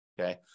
Okay